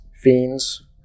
Fiends